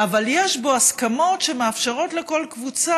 אבל יש בה הסכמות שמאפשרות לכל קבוצה